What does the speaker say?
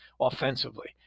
offensively